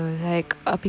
oh